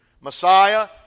messiah